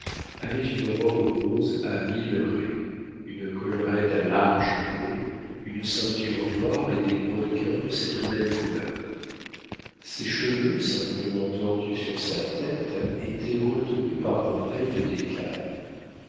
avait une robe rose à mille raies une collerette à large ourlet une ceinture noire et des brodequins de cette même couleur ses cheveux simplement tordus sur sa tête étaient retenus par un peigne d'écaille